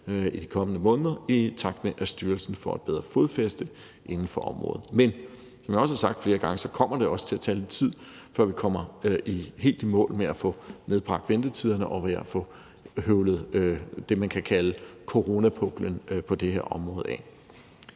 i de kommende måneder, i takt med at styrelsen får et bedre fodfæste inden for området. Men som jeg også har sagt flere gange, kommer det også til at tage lidt tid, før vi kommer helt i mål med at få nedbragt ventetiderne og med at få høvlet det, man kan kalde coronapuklen på det her område, af.